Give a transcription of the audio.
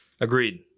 Agreed